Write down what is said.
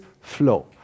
flow